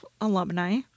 alumni